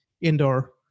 indoor